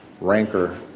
rancor